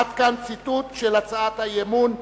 עד כאן ציטוט של הצעת האי-אמון.